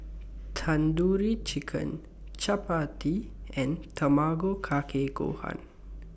Tandoori Chicken Chapati and Tamago Kake Gohan